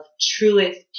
truest